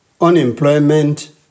Unemployment